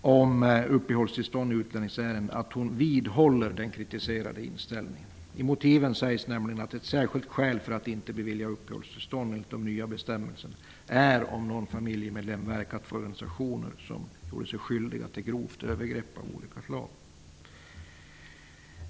om uppehållstillstånd i utlänningsärenden att hon vidhåller den kritiserade inställningen. I motiven står nämligen att ett särskilt skäl att inte bevilja uppehållstillstånd enligt de nya bestämmelserna är att någon familjemedlem har verkat i en organisation som gjort sig skyldig till grovt övergrepp av olika slag.